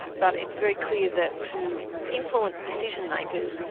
but it's very clear that to influence decision-makers,